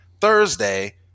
Thursday